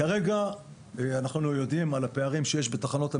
כרגע אנחנו יודעים על הפערים שיש בתחנות המשטרה,